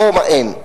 ודרומה אין,